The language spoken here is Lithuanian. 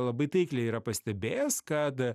labai taikliai yra pastebėjęs kad